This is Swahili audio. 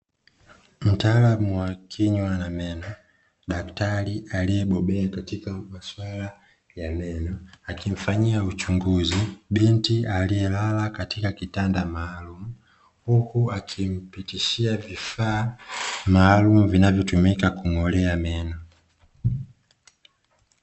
Mtaalamu wa kinywa na meno daktari aliyebobea katika masuala ya meno, akimfanyia uchunguzi binti aliyelala katika kitanda maalamu huku akimpitishia vifaa maalumu vinavyotumika kung’olea meno.